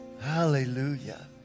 Hallelujah